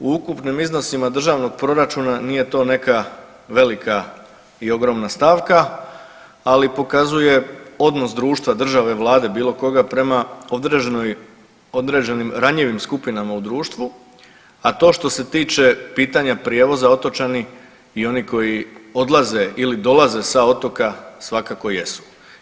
U ukupnim iznosima državnog proračuna nije to neka velika i ogromna stavka, ali pokazuje odnos društva, države, Vlade bilo koga prema određenim ranjivim skupinama u društvu, a to što se tiče pitanja prijevoza otočani i oni koji odlaze ili dolaze sa otoka svakako jesu.